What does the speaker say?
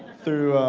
through.